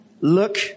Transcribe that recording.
Look